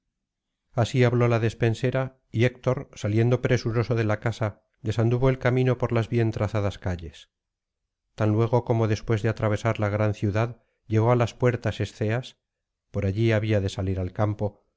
así habló la despensera y héctor saliendo presuroso de la casa desanduvo el camino por las bien trazadas calles tan luego como después de atravesar la gran ciudad llegó á las puertas esceas por allí había de salir al campo